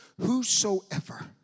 whosoever